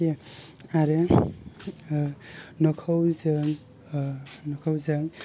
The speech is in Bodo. लाखियो आरो न'खौ जों न'खौ जों